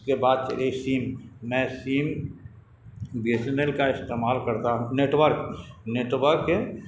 اس کے بعد سیم میں sim B S N L کا استعمال کرتا ہوں نیٹ ورک نیٹ ورک